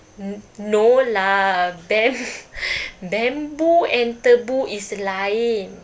n~ no lah bam~ bamboo and tebu is lain